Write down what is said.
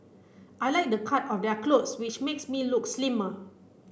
I like the cut of their clothes which makes me look slimmer